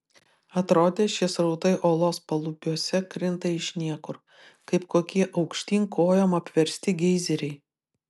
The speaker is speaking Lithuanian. atrodė šie srautai olos palubiuose krinta iš niekur kaip kokie aukštyn kojom apversti geizeriai